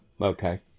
okay